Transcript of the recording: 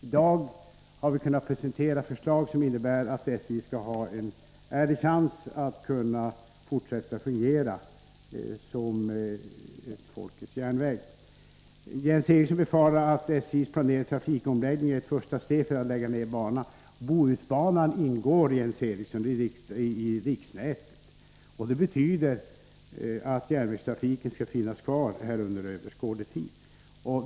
I dag har vi kunnat presentera förslag som innebär att SJ skall ha en ärlig chans att kunna fortsätta att fungera som en folkets järnväg. Jens Eriksson befarar att SJ:s planerade trafikomläggning är ett första steg mot nedläggningen av banan. Bohusbanan ingår, Jens Eriksson, i riksnätet. Det betyder att järnvägstrafiken skall finnas kvar under överskådlig tid.